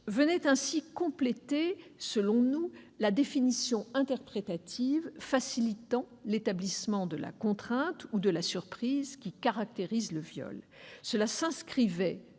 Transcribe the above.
venait ainsi compléter la définition interprétative facilitant l'établissement de la contrainte ou de la surprise qui caractérisent le viol. Pour